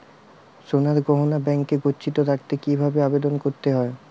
সোনার গহনা ব্যাংকে গচ্ছিত রাখতে কি ভাবে আবেদন করতে হয়?